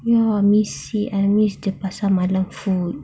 ya missed it I miss the pasar malam food